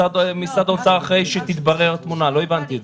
שני דברים: